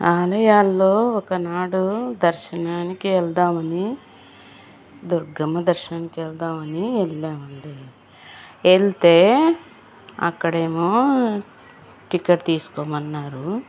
ఆలయాల్లో ఒకనాడు దర్శనానికి వెళ్దామని దుర్గమ్మ దర్శనానికి వెళ్దామని వెళ్ళామండి వెళ్తే అక్కడేమో టికెట్ తీస్కోమన్నారు